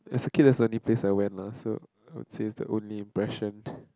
as a kid it's the only place I went lah so I would say it's the only impression